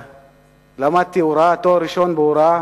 למדתי הוראה, תואר ראשון בהוראה,